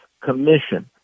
commission